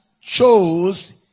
chose